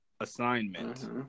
assignment